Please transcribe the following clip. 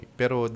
pero